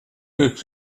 des